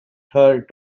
her